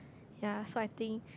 ya so I think